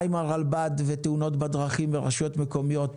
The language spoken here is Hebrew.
מה עם הרלב"ד ותאונות הדרכים ברשויות מקומיות?